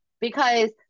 because-